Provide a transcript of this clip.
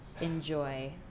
enjoy